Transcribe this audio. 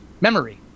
memory